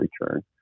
return